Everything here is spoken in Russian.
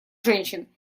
женщин